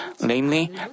namely